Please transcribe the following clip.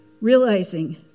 realizing